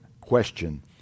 question